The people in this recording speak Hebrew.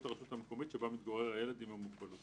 הרשות המקומית שבה מתגורר הילד עם המוגבלות".